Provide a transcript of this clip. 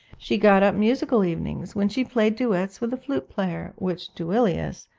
she got up musical evenings, when she played duets with the flute-player, which duilius,